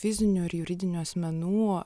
fizinių ir juridinių asmenų